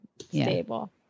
stable